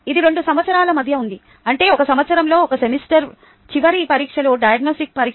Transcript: ఇది రెండు సంవత్సరాల మధ్య ఉంది అంటే ఒక సంవత్సరంలో ఒక సెమిలోస్టర్ చివరి పరీక్షలో డయాగ్నొస్టిక్ పరీక్ష